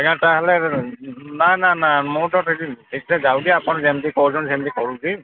ଆଜ୍ଞା ତାହେଲେ ନା ନା ନା ମୁଁ ତ ସେଠି ଠିକ୍ ସେେ ଯାଉଛିି ଆପଣ ଯେମିତି କହୁଛନ୍ତି ସେମିତି କରୁଛି